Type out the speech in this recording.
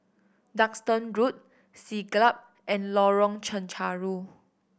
Duxton Road Siglap and Lorong Chencharu